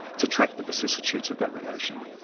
to track the vicissitudes of that relation.